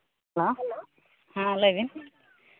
hello ᱦᱮᱸ ᱞᱟᱹᱭ ᱵᱤᱱ